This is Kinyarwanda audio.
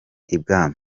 ibwami